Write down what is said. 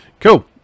Cool